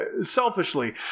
selfishly